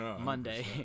monday